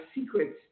secrets